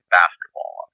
basketball